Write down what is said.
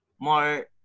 more